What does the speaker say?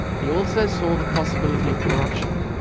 he also saw the possibility of corruption,